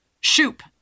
Shoop